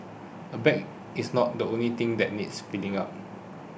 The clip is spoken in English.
a bag is not the only thing that needs filling up